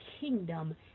kingdom